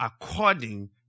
according